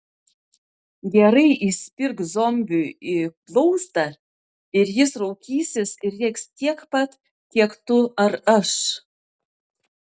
gerai įspirk zombiui į blauzdą ir jis raukysis ir rėks tiek pat kiek tu ar aš